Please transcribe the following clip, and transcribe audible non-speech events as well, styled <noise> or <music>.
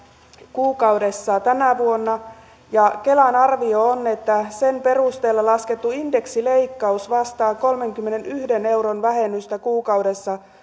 kuukaudessa tänä vuonna ja kelan arvio on että sen perusteella laskettu indeksileikkaus vastaa kolmenkymmenenyhden euron vähennystä kuukaudessa <unintelligible>